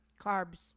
carbs